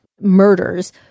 murders